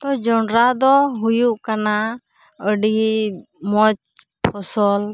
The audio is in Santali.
ᱡᱚᱱᱰᱨᱟ ᱫᱚ ᱦᱩᱭᱩᱜ ᱠᱟᱱᱟ ᱟᱹᱰᱤ ᱢᱚᱡᱽ ᱯᱷᱚᱥᱚᱞ